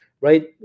right